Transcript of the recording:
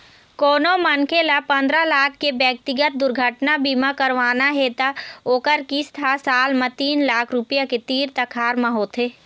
कोनो मनखे ल पंदरा लाख के ब्यक्तिगत दुरघटना बीमा करवाना हे त ओखर किस्त ह साल म तीन लाख रूपिया के तीर तखार म होथे